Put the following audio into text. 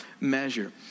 measure